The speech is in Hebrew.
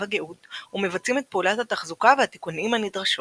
הגאות ומבצעים את פעולות התחזוקה והתיקונים הנדרשות.